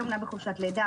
היא אומנם בחופשת לידה,